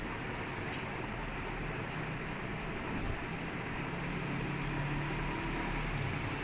நான் ஒரு:naan oru document அந்த:antha document எடுத்துடேன்:eduthuttaen so I'll just send you you see later lah